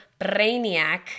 brainiac